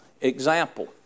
Example